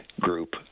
group